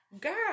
Girl